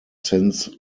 since